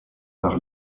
par